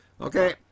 Okay